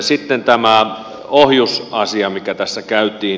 sitten tämä ohjusasia mikä tässä käytiin